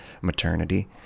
maternity